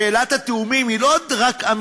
שאלת התיאומים היא לא רק עוד אמירה,